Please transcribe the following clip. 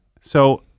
So-